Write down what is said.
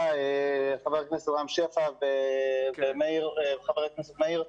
אתה חבר הכנסת רם שפע וחבר הכנסת מאיר כהן.